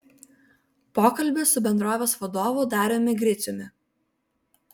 pokalbis su bendrovės vadovu dariumi griciumi